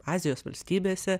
azijos valstybėse